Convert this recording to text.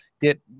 get